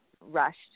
rushed